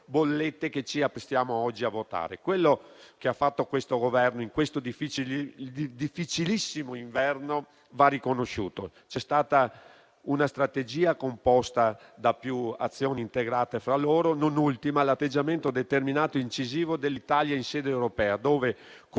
che ci apprestiamo oggi a convertire in legge. Ciò che ha fatto questo Governo in questo difficilissimo inverno va riconosciuto. C'è stata una strategia composta da più azioni integrate fra loro, non ultimo l'atteggiamento determinato e incisivo dell'Italia in sede europea, dove -